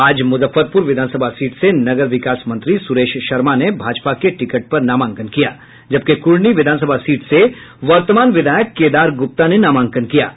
आज मुजफ्फरपुर विधानसभा सीट से नगर विकास मंत्री सुरेश शर्मा ने भाजपा के टिकट पर नामांकन किया जबकि कुढ़नी विधानसभा सीट से वर्तमान विधायक केदार गुप्ता ने नामांकन किया है